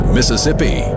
Mississippi